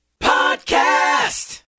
Podcast